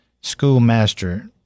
schoolmaster